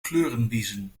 kleurenwiezen